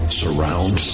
surround